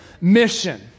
mission